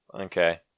Okay